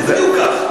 זה בדיוק כך.